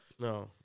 No